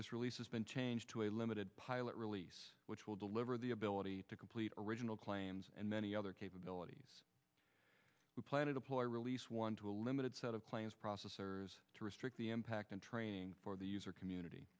this release has been changed to a limited pilot release which will deliver the ability to complete original claims and many other capabilities we plan to deploy release one to a limited set of plans processors to restrict the impact and training for the user community